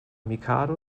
mikado